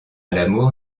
l’amour